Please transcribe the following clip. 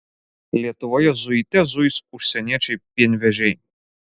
lietuvoje zuite zuis užsieniečiai pienvežiai